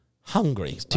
hungry